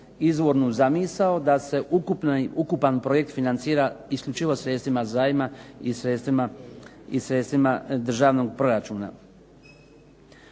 izvornu zamisao da se ukupan financira isključivo sredstvima zajma i sredstvima državnog proračuna.